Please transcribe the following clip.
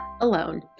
alone